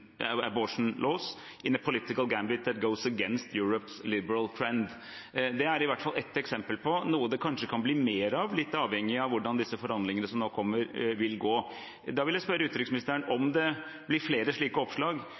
abortion laws, in a political gambit that goes against Europe’s liberal trend.» Dette er i hvert fall ett eksempel på noe det kanskje kan bli mer av, litt avhengig av hvordan disse forhandlingene som nå kommer, vil gå. Da vil jeg spørre utenriksministeren – om det blir flere slike oppslag: